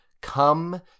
come